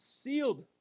sealed